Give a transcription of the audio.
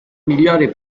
migliori